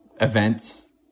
events